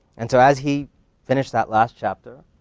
and so, as he finished that last chapter,